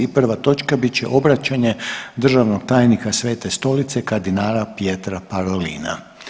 i prva točka bit će obraćanje državnog tajnika Svete Stolice kardinala Pietra Parolina.